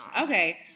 Okay